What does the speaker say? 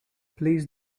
please